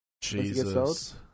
Jesus